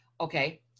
Okay